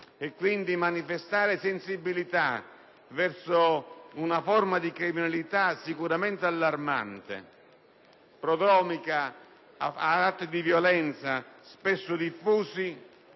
voluto manifestare sensibilità verso una forma di criminalità sicuramente allarmante, prodromica ad atti di violenza spesso diffusi,